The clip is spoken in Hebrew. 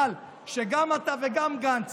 כשגם אתה וגם גנץ